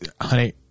honey